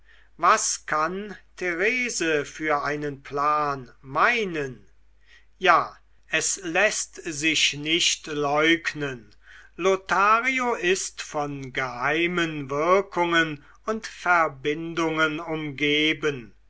was kann therese für einen plan meinen ja es läßt sich nicht leugnen lothario ist von geheimen wirkungen und verbindungen umgeben